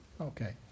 Okay